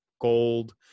gold